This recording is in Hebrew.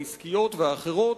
העסקיות והאחרות,